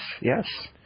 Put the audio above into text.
yes